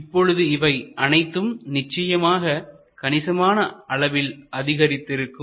இப்பொழுது இவை அனைத்தும் நிச்சயமாக கணிசமான அளவில் அதிகரித்து இருக்கும்